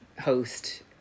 host